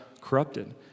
corrupted